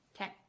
okay